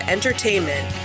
Entertainment